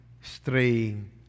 straying